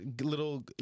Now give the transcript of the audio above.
Little